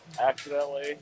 accidentally